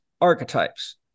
archetypes